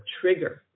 trigger